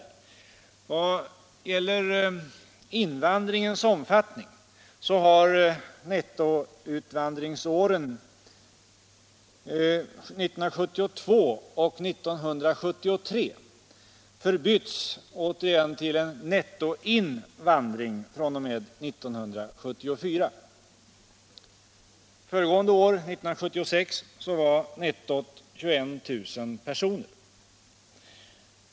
I vad gäller invandringens omfattning så har nettoutvandring åren 1972 och 1973 återigen förbytts till en nettoinvandring fr.o.m. 1974. Föregående år, 1976, var nettot 21 000 personer.